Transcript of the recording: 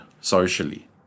socially